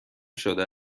شده